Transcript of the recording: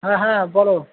হ্যাঁ হ্যাঁ বলো